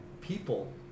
people